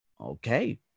okay